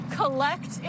collect